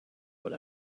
what